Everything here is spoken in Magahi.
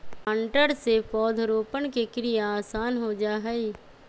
प्लांटर से पौधरोपण के क्रिया आसान हो जा हई